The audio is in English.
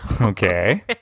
Okay